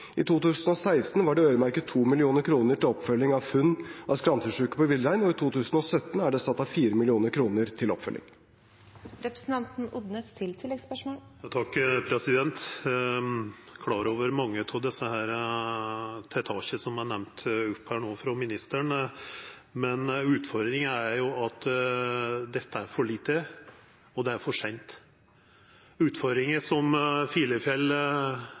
I 2016 var det øremerket 2 mill. kr til oppfølging av funn av skrantesjuke på villrein, og i 2017 er det satt av 4 mill. kr til oppfølging. Eg er klar over mange av dei tiltaka som er nemnde av ministeren her, men utfordringa er at dette er for lite, og at det er for seint. Utfordringa som Filefjell